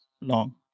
long